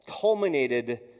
culminated